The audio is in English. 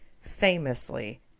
famously